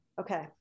Okay